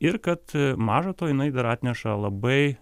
ir kad maža to jinai dar atneša labai